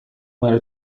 مرا